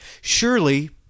Surely